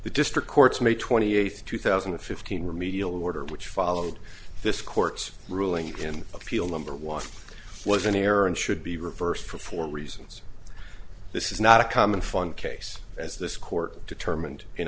the district courts may twenty eighth two thousand and fifteen remedial order which followed this court's ruling in appeal number one was an error and should be reversed for four reasons this is not a common fund case as this court determined in